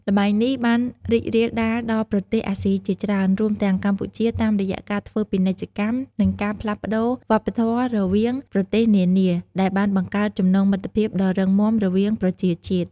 ល្បែងនេះបានរីករាលដាលដល់ប្រទេសអាស៊ីជាច្រើន រួមទាំងកម្ពុជា តាមរយៈការធ្វើពាណិជ្ជកម្ម និងការផ្លាស់ប្តូរវប្បធម៌រវាងប្រទេសនានា ដែលបានបង្កើតចំណងមិត្តភាពដ៏រឹងមាំរវាងប្រជាជាតិ។